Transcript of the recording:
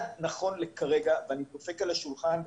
ואני דופק על השולחן,